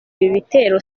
ibitero